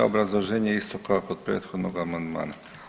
Obrazloženje je isto kao kod prethodnog amandmana.